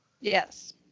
Yes